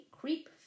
creep